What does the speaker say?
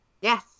Yes